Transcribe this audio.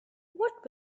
what